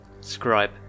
Scribe